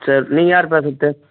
சரி நீங்கள் யார் பேசுகிறது